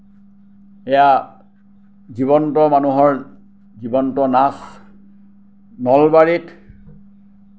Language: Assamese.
সেইয়া জীৱন্ত মানুহৰ জীৱন্ত নাচ নলবাৰীত